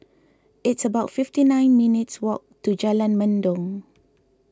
it's about fifty nine minutes' walk to Jalan Mendong